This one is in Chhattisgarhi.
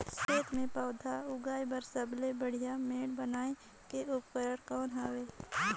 खेत मे पौधा उगाया बर सबले बढ़िया मेड़ बनाय के उपकरण कौन हवे?